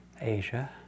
Asia